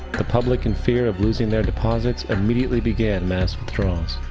the public, in fear of losing their deposits, immediately began mass withdrawals.